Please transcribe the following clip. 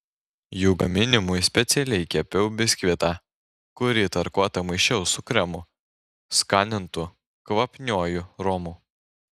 jų gaminimui specialiai kepiau biskvitą kurį tarkuotą maišiau su kremu skanintu kvapniuoju romu